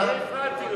אני, הפרעתי לו,